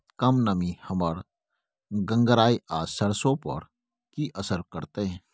कम नमी हमर गंगराय आ सरसो पर की असर करतै?